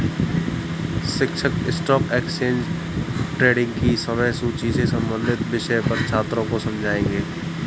शिक्षक stock exchange trading की समय सूची से संबंधित विषय पर छात्रों को समझाएँगे